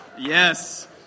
Yes